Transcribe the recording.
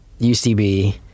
UCB